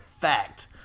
fact